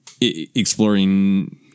exploring